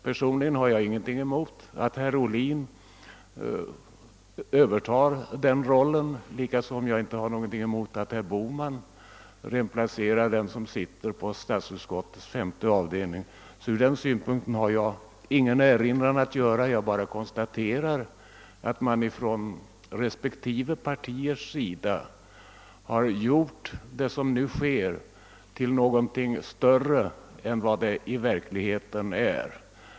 Personligen har jag ingenting emot att herr Ohlin övertar den rollen, och jag har inte heller någonting emot att herr Bohman remplacerar dem som för moderata samlingspartiets räkning sitter i statsutskottets femte avdelning. Ur den synpunkten har jag ingen erinran att göra; jag bara konstaterar att man från respektive partiers sida gjort det som nu skett till något större än det i verkligheten är.